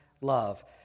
love